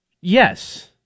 Yes